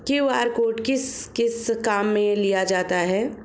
QR code किस किस काम में लिया जाता है?